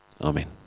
Amen